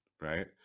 right